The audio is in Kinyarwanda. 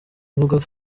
avuga